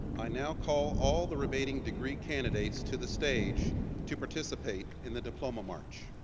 i now call all the remaining degree candidates to the stage to participate in the diploma march.